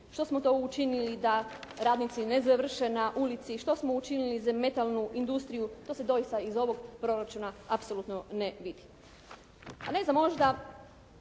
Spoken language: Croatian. što smo to učinili da radnici ne završe na ulici. Što smo učinili za metalnu industriju to se doista iz ovog proračuna apsolutno ne vidi. A ne znam možda